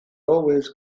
always